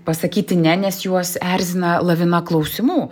pasakyti ne nes juos erzina lavina klausimų